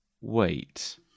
Wait